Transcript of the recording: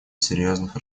серьезных